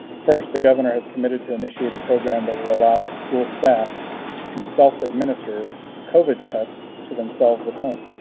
first, the governor has committed to initiate a program that will allow a school staff to self administer covid tests to themselves at home.